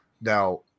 Now